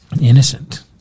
Innocent